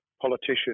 politician